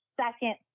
second